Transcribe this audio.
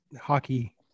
hockey